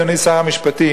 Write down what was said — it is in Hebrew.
אדוני שר המשפטים,